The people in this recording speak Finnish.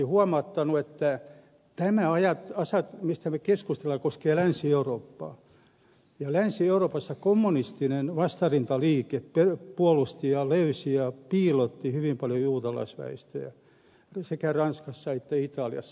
olisin huomauttanut että tämä asia josta me keskustelemme koskee länsi eurooppaa ja länsi euroopassa kommunistinen vastarintaliike puolusti ja löysi ja piilotti hyvin paljon juutalaisväestöä sekä ranskassa että italiassa